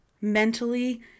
mentally